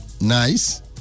Nice